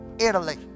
Italy